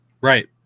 Right